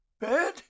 bed